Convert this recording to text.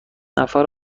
نفر